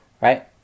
right